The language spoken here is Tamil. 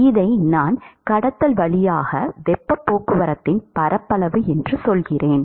இதை நான் கடத்தல் வழியாக வெப்பப் போக்குவரத்தின் பரப்பளவு என்று சொல்கிறேன்